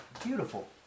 beautiful